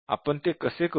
आपण ते कसे करू